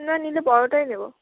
না নিলে বড়টাই নেব